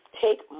take